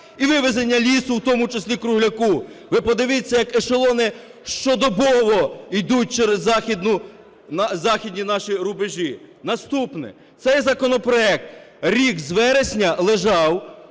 і вивезення лісу, в тому числі кругляку? Ви подивіться, як ешелони щодобово йдуть через західні наші рубежі. Наступне. Цей законопроект рік з вересня лежав